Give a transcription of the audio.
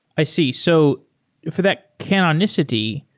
i see. so for that canonicity,